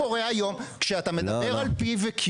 מה שקורה היום כשאני מדבר על Q,